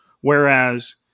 whereas